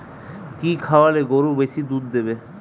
কি খাওয়ালে গরু বেশি দুধ দেবে?